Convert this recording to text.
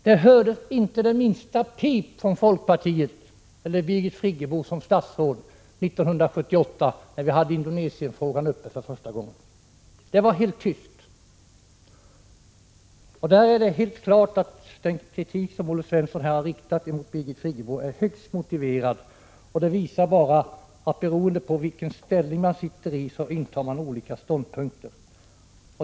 Det hördes inte det minsta pip från folkpartiet eller Birgit Friggebo som statsråd 1978, när Indonesienfrågan var uppe i riksdagen för första gången — det var helt tyst. Det är helt klart att den kritik som Olle Svensson riktade mot Birgit Friggebo är högst motiverad. Det visar bara att, beroende på vilken ställning man sitter i, intar man olika ståndpunkter.